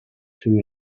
two